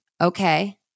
okay